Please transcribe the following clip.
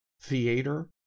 theater